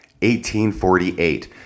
1848